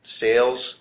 sales